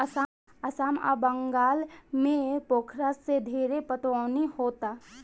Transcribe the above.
आसाम आ बंगाल में पोखरा से ढेरे पटवनी होता